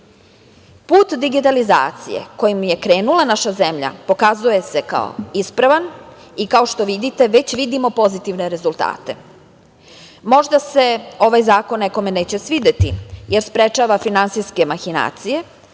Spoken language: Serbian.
digitalizacije kojim je krenula naša zemlja pokazuje se kao ispravan i kao što vidite već vidimo pozitivne rezultate. Možda se ovaj zakon nekome neće svideti jer sprečava finansijske mahinacije,